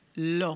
לא.